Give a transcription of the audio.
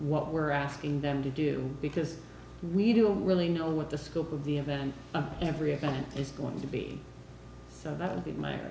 what we're asking them to do because we don't really know what the scope of the event every event is going to be so that